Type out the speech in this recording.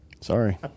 Sorry